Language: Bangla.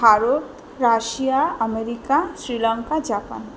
Bharat Russia America Sri Lanka Japan